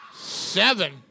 Seven